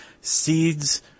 Seeds